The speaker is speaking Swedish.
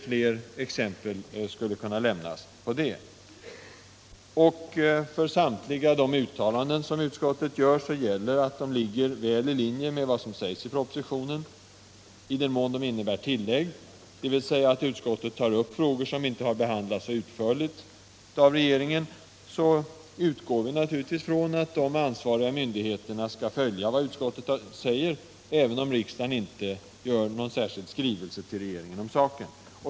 Fler exempel skulle kunna lämnas. För samtliga uttalanden som utskottet gör, gäller att de ligger väl i linje med vad som sägs i propositionen. I den mån de innebär tillägg, dvs. att utskottet tar upp frågor som inte har behandlats så utförligt av regeringen, utgår vi naturligtvis från att de ansvariga myndigheterna skall följa vad utskottet säger, även om riksdagen inte gör någon särskild skrivelse till regeringen.